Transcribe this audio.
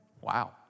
wow